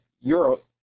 Europe